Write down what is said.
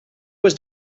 was